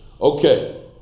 Okay